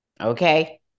okay